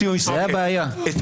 זאת הבעיה, פה מתחיל החטא.